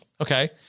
Okay